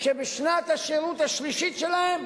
שבשנת השירות השלישית שלהם,